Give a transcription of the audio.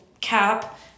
cap